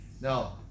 Now